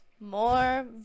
more